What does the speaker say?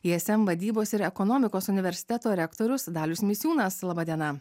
ism vadybos ir ekonomikos universiteto rektorius dalius misiūnas laba diena